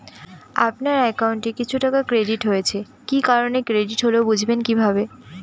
আপনার অ্যাকাউন্ট এ কিছু টাকা ক্রেডিট হয়েছে কি কারণে ক্রেডিট হল বুঝবেন কিভাবে?